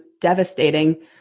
devastating